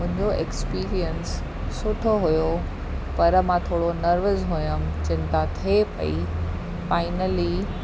मुंहिंजो एक्सपीरियंस सुठो हुयो पर मां थोरो नर्वस हुयमि चिंता थिए पई फाइनली